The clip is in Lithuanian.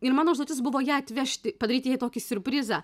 ir mano užduotis buvo ją atvežti padaryti jai tokį siurprizą